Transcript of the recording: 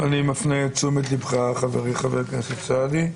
אני מפנה את תשומת לבך, חברי חבר הכנסת סעדי.